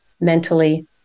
mentally